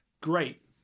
great